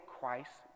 Christ